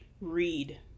Read